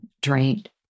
drained